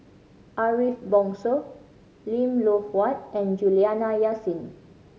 Ariff Bongso Lim Loh Huat and Juliana Yasin